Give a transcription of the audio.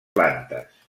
plantes